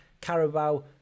Carabao